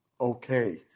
Okay